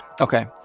Okay